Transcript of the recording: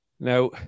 Now